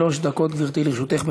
שלוש דקות, גברתי, לרשותך.